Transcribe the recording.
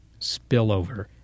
Spillover